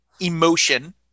emotion